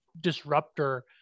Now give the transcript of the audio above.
disruptor